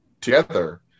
together